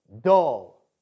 dull